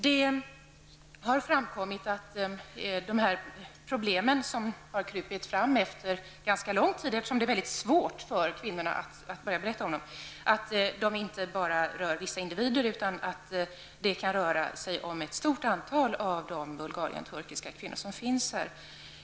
Dessa problem har krupit fram först efter ganska lång tid, eftersom det är väldigt svårt för kvinnorna att börja berätta om dem, och det har framkommit att problemen inte bara rör vissa individer utan att det kan röra sig om ett stort antal av de Bulgarien-turkiska kvinnor som finns här.